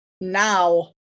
now